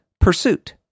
pursuit